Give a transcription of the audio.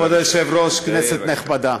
כבוד היושב-ראש, כנסת נכבדה,